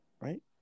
Right